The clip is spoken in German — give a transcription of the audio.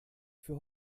für